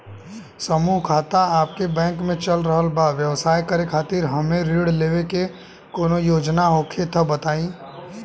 समूह खाता आपके बैंक मे चल रहल बा ब्यवसाय करे खातिर हमे ऋण लेवे के कौनो योजना होखे त बताई?